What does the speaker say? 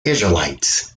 israelites